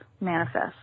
manifest